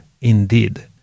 indeed